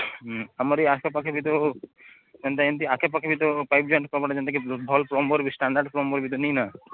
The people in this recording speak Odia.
ହୁଁ ଆମର୍ ଏଇ ଆଖେପାଖେ ବି ତ ଏନତା ଏମତି ଆଖେପାଖେ ବି ତ ପାଇପ୍ ଯେନ୍ ଯେମତା କି ଭଲ୍ ପ୍ଲମ୍ବର୍ ବି ଷ୍ଟାଣ୍ତାଡ଼୍ ପ୍ଲମ୍ବର୍ ବି ତ ନେଇଁ ନାଁ